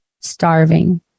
starving